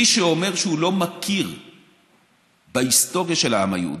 מי שאומר שהוא לא מכיר בהיסטוריה של העם היהודי,